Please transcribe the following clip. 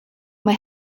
mae